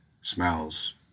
smells